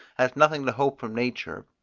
has nothing to hope from nature,